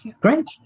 Great